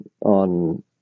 on